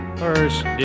first